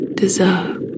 deserve